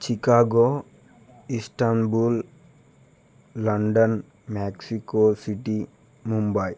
Chicago Istanbul London Mexico city Mumbai